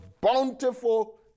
bountiful